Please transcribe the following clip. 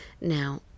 Now